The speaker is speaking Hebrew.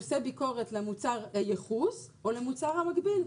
עושה ביקורת למוצר הייחוס או למוצר המקביל.